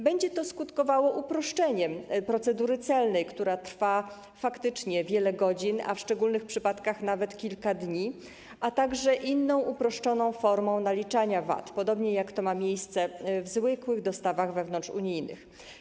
Będzie to skutkowało uproszczeniem procedury celnej, która trwa faktycznie wiele godzin a w szczególnych przypadkach nawet kilka dni, a także inną, uproszczoną formą naliczania VAT, podobnie jak ma to miejsce w zwykłych dostawach wewnątrzunijnych.